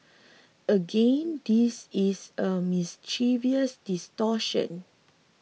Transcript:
again this is a mischievous distortion